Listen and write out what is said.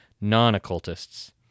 non-occultists